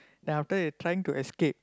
then after that they trying to escape